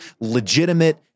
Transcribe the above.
legitimate